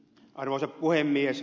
arvoisa puhemies